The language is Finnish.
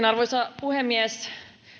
arvoisa puhemies